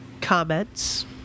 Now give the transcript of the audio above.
comments